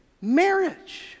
Marriage